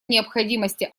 необходимости